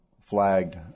flagged